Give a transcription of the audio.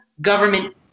government